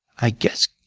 i guess